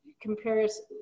Comparison